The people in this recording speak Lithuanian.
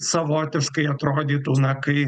savotiškai atrodytų na kai